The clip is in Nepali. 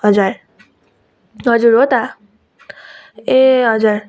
हजुर हजुर हो त ए हजुर